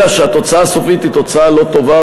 אלא שהתוצאה הסופית היא תוצאה לא טובה,